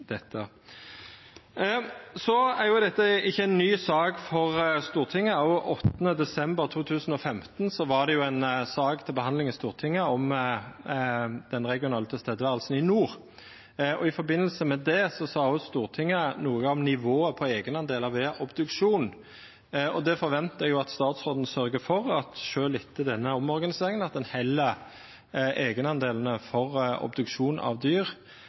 Dette er ikkje ei ny sak for Stortinget. Også den 8. desember 2015 var det ei sak til behandling i Stortinget om det regionale nærværet i nord. Og i forbindelse med det sa òg Stortinget noko om nivået på eigendelane ved obduksjon. Det forventar eg at statsråden sørgjer for, sjølv etter denne omorganiseringa, at ein held eigendelane for obduksjon av dyr